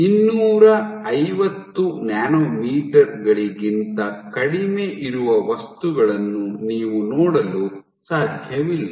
ಇನ್ನೂರೈವತ್ತು ನ್ಯಾನೊಮೀಟರ್ ಗಳಿಗಿಂತ ಕಡಿಮೆ ಇರುವ ವಸ್ತುಗಳನ್ನು ನೀವು ನೋಡಲು ಸಾಧ್ಯವಿಲ್ಲ